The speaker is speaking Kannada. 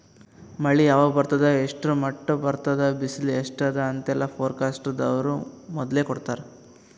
ಮಳಿ ಯಾವಾಗ್ ಬರ್ತದ್ ಎಷ್ಟ್ರ್ ಮಟ್ಟ್ ಬರ್ತದ್ ಬಿಸಿಲ್ ಎಸ್ಟ್ ಅದಾ ಅಂತೆಲ್ಲಾ ಫೋರ್ಕಾಸ್ಟ್ ದವ್ರು ಮೊದ್ಲೇ ಕೊಡ್ತಾರ್